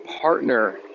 partner